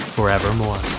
forevermore